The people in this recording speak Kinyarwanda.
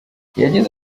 yagize